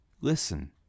Listen